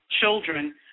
children